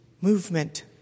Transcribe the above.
movement